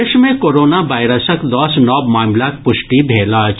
देश मे कोरोना वायरसक दस नव मामिलाक पुष्टि भेल अछि